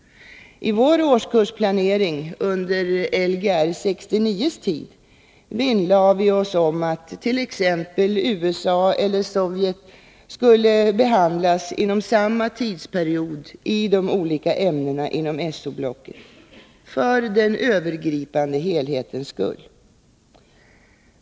I vår årskursplanering under Lgr 69:s tid vinnlade vi oss om att t.ex. USA eller Sovjet skulle behandlas inom samma tidsperiod i de olika ämnena inom So-blocket — för den övergripande helhetens skull.